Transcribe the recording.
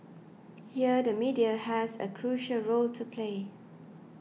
here the media has a crucial role to play